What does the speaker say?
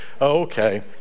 okay